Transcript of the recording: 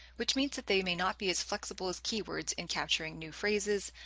which means that they may not be as flexible as keywords in capturing new phrases,